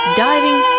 diving